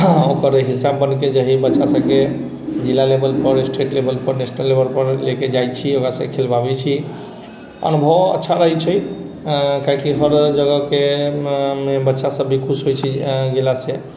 ओकर हिसाब बनेलकै हइ बच्चा सभके जिला लेबल पर स्टेट लेबल पर डिस्ट्रिक लेबल पर लेके जाइत छी ओकरा सभके खेलवावेै छी अनुभव अच्छा लगैत छै काहेकि हर जगहके बच्चा सभ भी खुश होइत छै गेला से